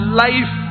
life